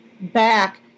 back